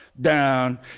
down